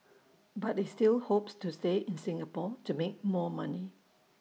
but he still hopes to stay in Singapore to make more money